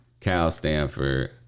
Cal-Stanford